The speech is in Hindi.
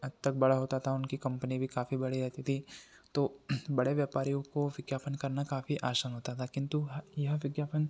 हद तक बड़ा होता था उनकी कंपनी भी काफ़ी बड़ी रहती थी तो बड़े व्यापारियों को विज्ञापन करना काफ़ी आसान होता था किन्तु हाँ यह विज्ञापन